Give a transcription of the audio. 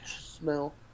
smell